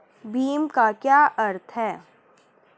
भीम का क्या अर्थ है?